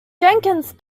jenkins